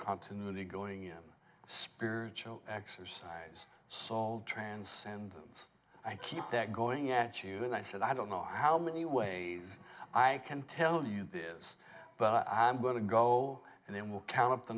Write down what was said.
continuity going in spiritual exercise saul transcendence i keep that going at you and i said i don't know how many ways i can tell you this but i'm going to go and then we'll count